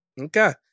Okay